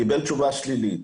קיבל תשובה שלילית.